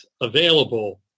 available